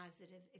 positive